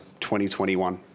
2021